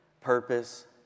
purpose